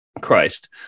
Christ